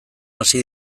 hasi